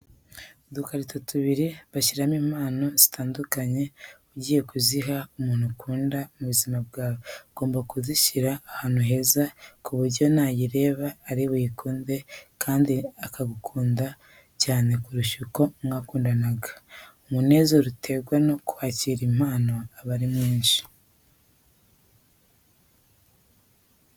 Udukarito tubiri bshyiramo impano zitandukanye ugiye kuziha umuntu ukunda mu buzima bwawe, ugomba kuzishyira hantu heza ku buryo nayireba ari buyikunde kandi nawe akagukunda cyane kurusha uko mbere mwakundanaga. Umunezero uterwa no kwakira impano uba ari mwinshi.